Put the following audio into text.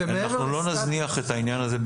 אנחנו לא נזניח את העניין הזה,